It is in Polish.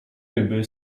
ryby